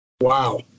wow